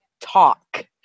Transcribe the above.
talk